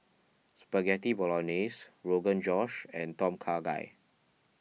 Spaghetti Bolognese Rogan Josh and Tom Kha Gai